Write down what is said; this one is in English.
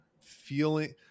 feeling